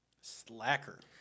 Slacker